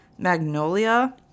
Magnolia